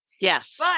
Yes